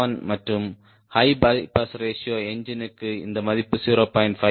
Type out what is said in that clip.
7 மற்றும் high bypass ratio என்ஜினுக்கு இந்த மதிப்பு 0